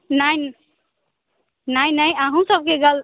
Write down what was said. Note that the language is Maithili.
नहि नहि नहि अहूँ सबकेँ गल